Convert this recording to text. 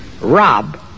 rob